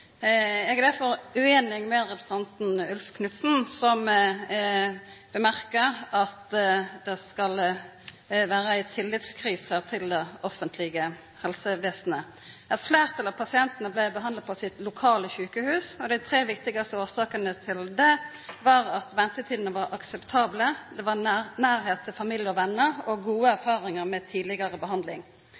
Eg er derfor ueinig med representanten Ulf Erik Knudsen, som sa at det skal vera ei tillitskrise til det offentlege helsevesenet. Eit fleirtal av pasientane blei behandla ved sitt lokale sjukehus, og dei tre viktigaste årsakene til det var at ventetidene var akseptable, det var nærleik til familie og venner og gode erfaringar med tidlegare behandling.